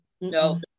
No